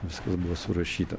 viskas buvo surašyta